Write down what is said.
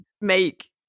make